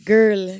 Girl